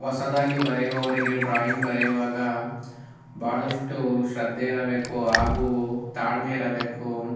ಹೊಸದಾಗಿ ಬರೆಯುವವರಿಗೆ ಡ್ರಾಯಿಂಗ್ ಬರೆಯುವಾಗ ಭಾಳಷ್ಟು ಶ್ರದ್ಧೆ ಇರಬೇಕು ಹಾಗೂ ತಾಳ್ಮೆ ಇರಬೇಕು